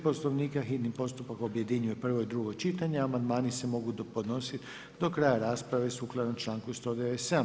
Poslovnika hitnim postupkom objedinjuje prvo i drugo čitanje, a amandmani se mogu podnositi do kraja rasprave sukladno članku 197.